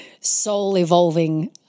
soul-evolving